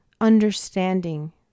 understanding